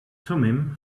thummim